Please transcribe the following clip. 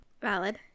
Valid